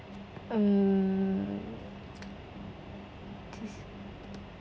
um this